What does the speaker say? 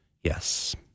Yes